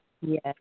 yes